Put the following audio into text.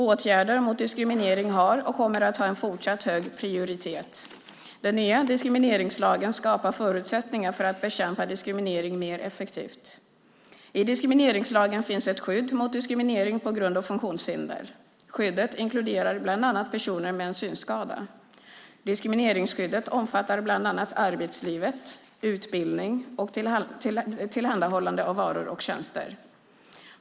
Åtgärder mot diskriminering har och kommer att ha en fortsatt hög prioritet. Den nya diskrimineringslagen skapar förutsättningar för att bekämpa diskriminering mer effektivt. I diskrimineringslagen finns ett skydd mot diskriminering på grund av funktionshinder. Skyddet inkluderar bland annat personer med en synskada. Diskrimineringsskyddet omfattar bland annat arbetslivet, utbildning och tillhandahållande av varor och tjänster.